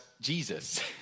Jesus